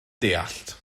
dallt